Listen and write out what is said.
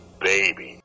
baby